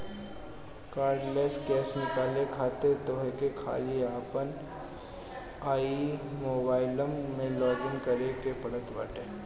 cardless cash निकाले खातिर तोहके खाली अपनी आई मोबाइलम में लॉगइन करे के पड़त बाटे